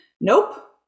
nope